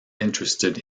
interested